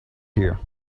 here